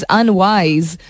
unwise